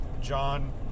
john